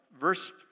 verse